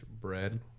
bread